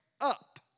up